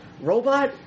robot